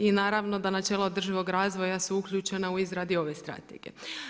I naravno da načelo održivog razvoja su uključene u izradi ove strategije.